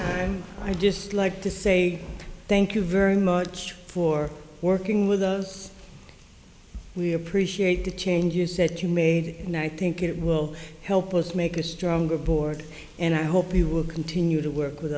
kind i just like to say thank you very much for working with those we appreciate the change you said you made and i think it will help us make a stronger board and i hope you will continue to work with